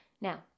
now